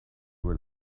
will